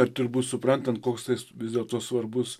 ar turbūt suprantant koks tai vis dėlto svarbus